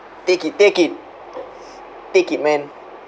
take it take it take it man